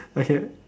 okay